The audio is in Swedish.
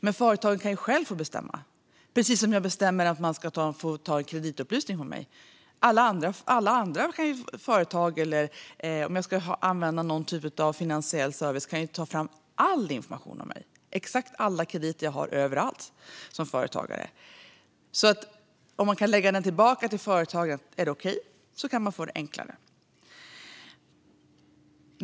Men företag kan ju själv få bestämma, precis som jag bestämmer att man kan få ta en kreditupplysning på mig. Andra företag, eller vid användande av en finansiell service, kan ta fram all information om mig, exakt alla krediter jag som företagare har. Om det går att lägga tillbaka på företagen kan det bli enklare.